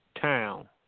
town